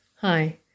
Hi